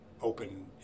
open